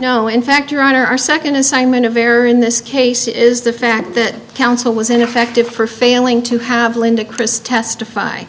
know in fact your honor our second assignment of error in this case is the fact that counsel was ineffective for failing to have linda chris testify